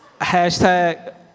Hashtag